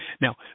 Now